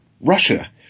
Russia